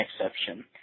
exception